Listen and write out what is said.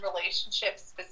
relationships